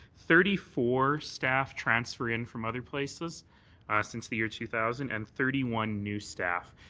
thirty four staff transferred in from other places since the year two thousand and thirty one new staff.